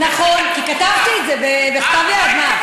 כי כתבתי את זה בכתב יד.